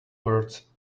words